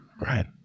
Right